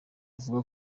avuga